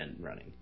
running